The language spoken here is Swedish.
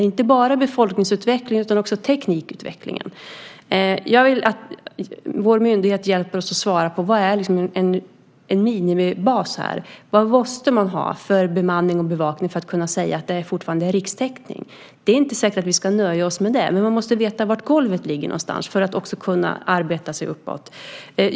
Det gäller inte bara befolkningsutvecklingen utan också teknikutvecklingen. Jag vill att vår myndighet hjälper oss att svara på vad som är en minimibas här. Vad måste man ha för bemanning och bevakning för att kunna säga att det fortfarande är rikstäckning? Därmed inte sagt att vi ska nöja oss med det, men man måste veta var golvet ligger för att också kunna arbeta sig uppåt.